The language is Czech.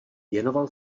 věnoval